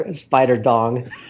Spider-Dong